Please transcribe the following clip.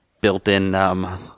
built-in